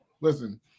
Listen